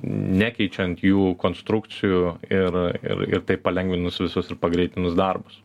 nekeičiant jų konstrukcijų ir ir ir taip palengvinus visus ir pagreitinus darbus